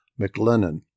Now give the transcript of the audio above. McLennan